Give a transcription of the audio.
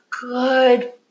Good